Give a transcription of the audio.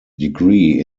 degree